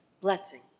blessing